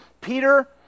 Peter